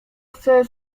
chce